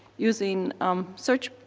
using search